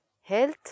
health